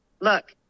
Look